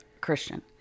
Christian